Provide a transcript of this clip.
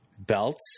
belts